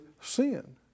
sin